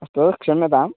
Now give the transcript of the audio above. अस्तु क्षम्यताम्